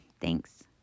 Thanks